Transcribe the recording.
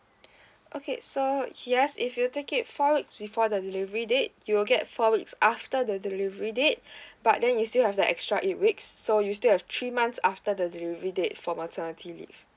okay so yes if you take it four weeks before the delivery date you will get four weeks after the delivery date but then you still have the extra eight weeks so you still have three months after the delivery date for maternity leave